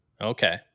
Okay